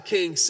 King